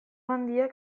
handiak